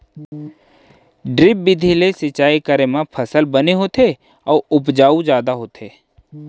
drip बिधि ले सिंचई करे म फसल ह बने होथे अउ उपज जादा होथे